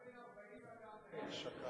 אתה בן 40 ואתה המנהל.